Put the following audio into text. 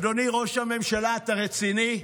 אדוני ראש הממשלה, אתה רציני?